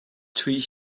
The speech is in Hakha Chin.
chuih